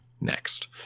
next